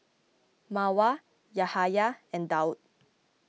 Mawar Yahaya and Daud